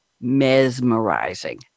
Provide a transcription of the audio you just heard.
mesmerizing